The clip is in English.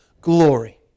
glory